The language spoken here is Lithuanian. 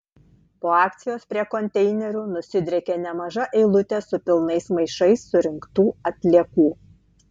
po akcijos prie konteinerių nusidriekė nemaža eilutė su pilnais maišais surinktų atliekų